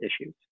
issues